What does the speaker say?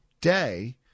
day